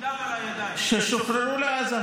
ששוחררו לעזה,